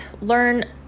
learn